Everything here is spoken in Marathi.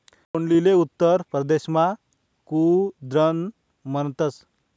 तोंडलीले उत्तर परदेसमा कुद्रुन म्हणतस